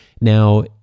Now